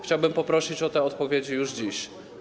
Chciałbym poprosić o te odpowiedzi już dziś.